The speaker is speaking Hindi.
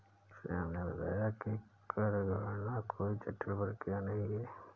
श्याम ने बताया कि कर गणना कोई जटिल प्रक्रिया नहीं है